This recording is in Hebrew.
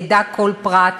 ידע כל פרט.